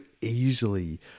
easily